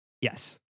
yes